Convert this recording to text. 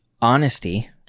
honesty